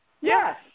Yes